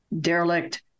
derelict